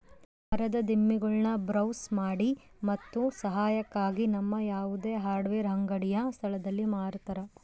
ಮರದ ದಿಮ್ಮಿಗುಳ್ನ ಬ್ರೌಸ್ ಮಾಡಿ ಮತ್ತು ಸಹಾಯಕ್ಕಾಗಿ ನಮ್ಮ ಯಾವುದೇ ಹಾರ್ಡ್ವೇರ್ ಅಂಗಡಿಯ ಸ್ಥಳದಲ್ಲಿ ಮಾರತರ